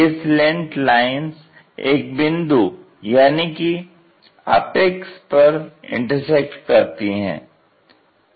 ये slant lines एक बिंदु यानी कि अपेक्स पर इंटरसेक्ट करती हैं